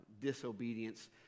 disobedience